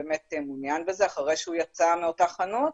באמת מעוניין בזה אחרי שהוא יצא מאותה חנות,